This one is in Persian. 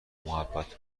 محبت